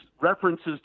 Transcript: references